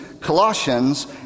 Colossians